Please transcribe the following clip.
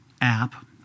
app